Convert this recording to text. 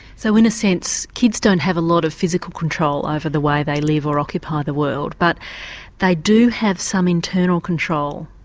so in a sense kids don't have a lot of physical control over the way they live or occupy the world but they do have some internal control,